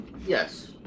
Yes